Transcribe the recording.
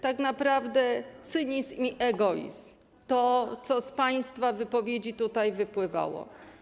Tak naprawdę cynizm i egoizm to to, co z państwa wypowiedzi tutaj wypływało.